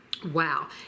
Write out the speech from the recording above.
Wow